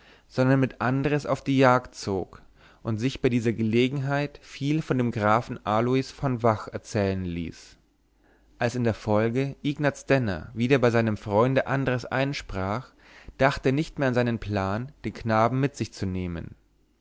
sondern mit andres auf die jagd zog und sich bei dieser gelegenheit viel von dem grafen aloys von vach erzählen ließ als in der folge ignaz denner wieder bei seinem freunde andres einsprach dachte er nicht mehr an seinen plan den knaben mit sich zu nehmen